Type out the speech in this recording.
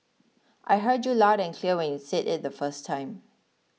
I heard you loud and clear when you said it the first time